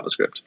JavaScript